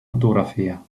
fotografia